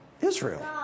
Israel